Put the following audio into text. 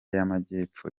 y’amajyepfo